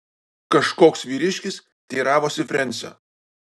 kažkoks vyriškis teiravosi frensio